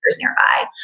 nearby